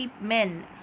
men